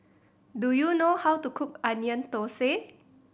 do you know how to cook Onion Thosai